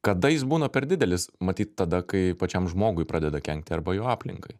kada jis būna per didelis matyt tada kai pačiam žmogui pradeda kenkti arba jo aplinkai